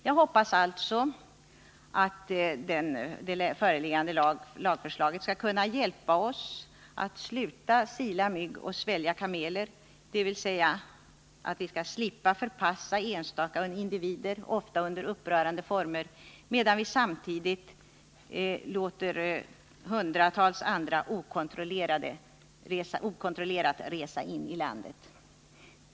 Jag hoppas alltså att det föreliggande lagförslaget skall kunna hjälpa oss att sluta sila mygg och svälja kameler, dvs. att vi skall slippa förvisa enstaka individer, ofta under upprörande former, medan vi samtidigt låter hundratals andra okontrollerat resa in i landet.